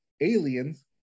Aliens